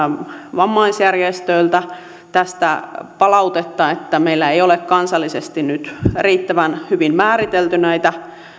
vammaisjärjestöiltä tästä palautetta että meillä ei ole kansallisesti nyt riittävän hyvin määritelty näitä